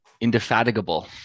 indefatigable